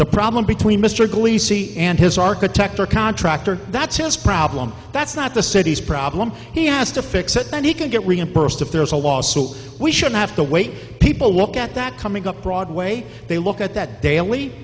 the problem between mr glee see and his architect or contractor that's his problem that's not the city's problem he has to fix it and he can get reimbursed if there's a lawsuit we should have to wait people look at that coming up broadway they look at that daily